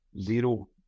zero